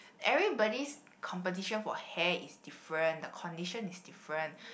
everybody's composition for hair is different the condition is different